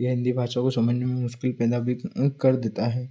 यह हिन्दी भाषा को समझने में मुश्किल पैदा भी कर देता है